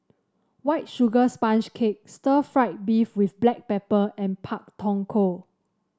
White Sugar Sponge Cake Stir Fried Beef with Black Pepper and Pak Thong Ko